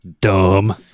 Dumb